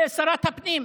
בשרת הפנים,